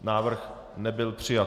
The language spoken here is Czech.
Návrh nebyl přijat.